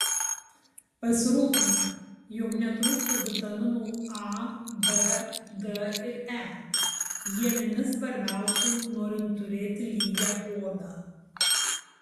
pasirūpink jog netrūktų vitaminų a b d ir e jie vieni svarbiausių norint turėti lygią odą